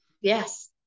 yes